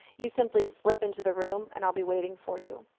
you simply slip into the room. and i'll be waiting for you.